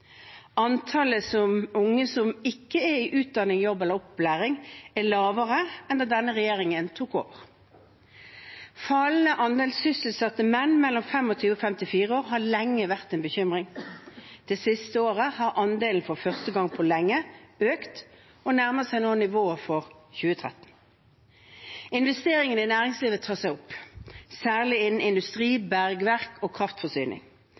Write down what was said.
Antallet dødsulykker har falt i perioden 2000–2017. Det store fraværet i videregående skole er redusert. Andelen som fullfører videregående opplæring, øker. Antall unge som ikke er i utdanning, jobb eller opplæring, er lavere enn da denne regjeringen tok over. Fallende andel sysselsatte menn mellom 25 og 54 år har lenge vært en bekymring. Det siste året har andelen, for første gang på lenge, økt, og nærmer seg nå nivået for 2013. Investeringene